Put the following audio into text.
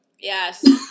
Yes